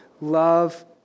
Love